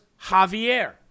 Javier